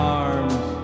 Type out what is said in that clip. arms